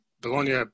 Bologna